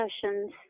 sessions